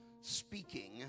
speaking